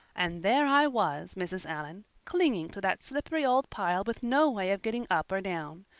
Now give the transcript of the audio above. and there i was, mrs. allan, clinging to that slippery old pile with no way of getting up or down.